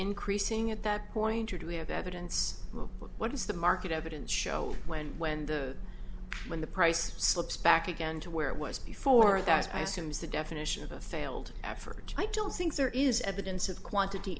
increasing at that point or do we have evidence what does the market evidence show when when the when the price slips back again to where it was before that i assume is the definition of a failed effort i don't think there is evidence of quantity